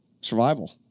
survival